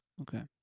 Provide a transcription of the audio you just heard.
Okay